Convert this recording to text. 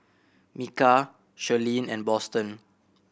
Micah Shirleen and Boston